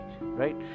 right